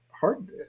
hard